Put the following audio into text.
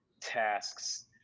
tasks